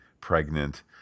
pregnant